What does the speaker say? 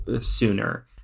sooner